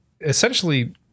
essentially